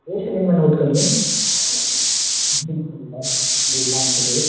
एक सेकेंड मैं नोट कर लूँ जी जी लाइन पर रहिए